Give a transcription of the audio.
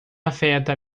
afeta